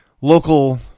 local